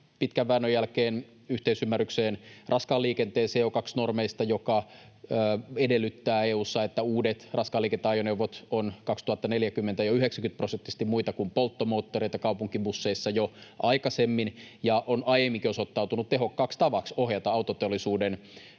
pitkän väännön jälkeen yhteisymmärrykseen raskaan liikenteen CO2-normeista, jotka edellyttävät EU:ssa, että uudet raskaan liikenteen ajoneuvot ovat 2040 jo 90-prosenttisesti muita kuin polttomoottoreita, kaupunkibusseissa jo aikaisemmin. On aiemminkin osoittautunut tehokkaaksi tavaksi ohjata autoteollisuuden